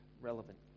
relevant